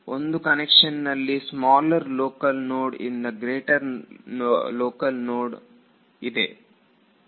ಒಂದು ಕನ್ವೆನ್ಷನ್ನಲ್ಲಿ smaller local node ಇಂದ ಗ್ರೇಟರ್ ಲೋಕಲ್ ನೋಡ್ ಇದೆ